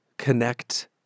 connect